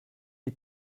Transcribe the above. you